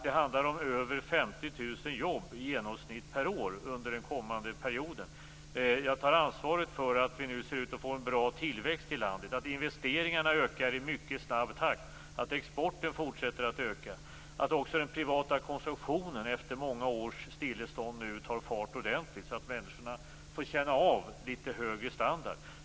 Det handlar om över 50 000 jobb i genomsnitt per år under den kommande perioden. Jag tar ansvaret för att vi nu ser ut att få en bra tillväxt i landet, att investeringarna ökar i en mycket snabb takt, att exporten fortsätter att öka och att också den privata konsumtionen efter många års stillestånd nu tar fart ordentligt så att människorna får känna av litet högre standard.